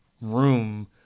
room